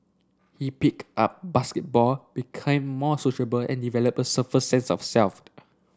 he picked up basketball became more sociable and developed a sense of